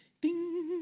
Ding